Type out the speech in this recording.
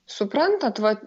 suprantat vat